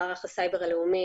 מערך הסייבר הלאומי,